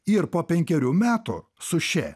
ir po penkerių metų sušė